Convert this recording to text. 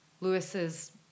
Lewis's